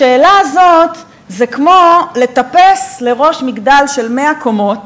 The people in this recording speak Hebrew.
השאלה הזאת זה כמו לטפס לראש מגדל של 100 קומות,